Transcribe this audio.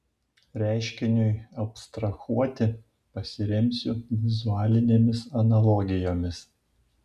reiškiniui abstrahuoti pasiremsiu vizualinėmis analogijomis